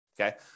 okay